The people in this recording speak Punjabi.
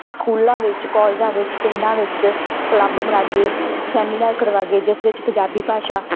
ਸਕੂਲਾਂ ਵਿੱਚ ਕੋਲਜਾਂ ਵਿੱਚ ਪਿੰਡਾਂ ਵਿੱਚ ਕਲੱਬ ਬਣਾਕੇ ਸੈਮੀਨਾਰ ਕਰਵਾ ਕੇ ਜਿਸ ਵਿੱਚ ਪੰਜਾਬੀ ਭਾਸ਼ਾ